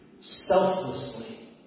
Selflessly